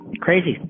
Crazy